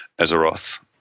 Azeroth